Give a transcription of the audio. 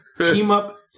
team-up